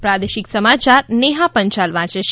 પ્રાદેશિક સમાચાર નેહા પંચાલ વાંચે છે